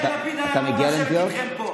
לפיד היה אמור לשבת איתכם פה.